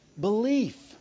belief